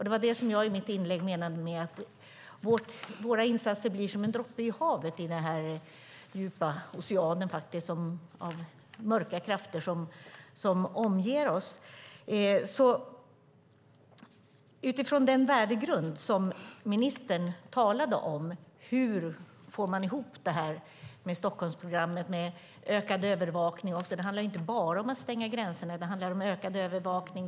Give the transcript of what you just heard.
Det var det som jag i mitt inlägg menade med att våra insatser blir som en droppe i havet i den djupa ocean av mörka krafter som omger oss. Utifrån den värdegrund som ministern talade om, hur får man ihop det med Stockholmsprogrammet och med ökad övervakning? Det handlar ju inte bara om att stänga gränser. Det handlar om ökad övervakning.